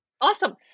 Awesome